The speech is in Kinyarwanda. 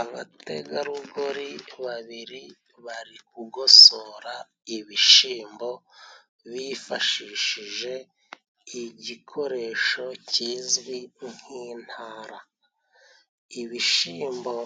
Abategarugori babiri bari gugosora ibishimbo bifashishije igikoresho kizwi nk'intara. Ibishimbo